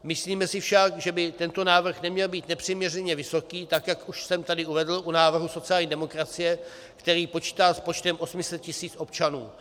Myslíme si však, že by tento návrh neměl být nepřiměřeně vysoký, tak jak už jsem tady uvedl u návrhu sociální demokracie, který počítá s počtem 800 tisíc občanů.